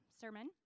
sermon